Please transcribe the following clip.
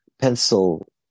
pencil